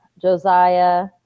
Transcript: Josiah